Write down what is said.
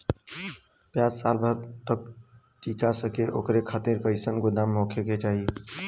प्याज साल भर तक टीका सके ओकरे खातीर कइसन गोदाम होके के चाही?